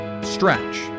stretch